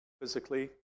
Physically